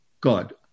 God